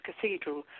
Cathedral